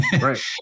Right